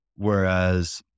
Whereas